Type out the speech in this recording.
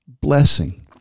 Blessing